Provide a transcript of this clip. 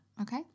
Okay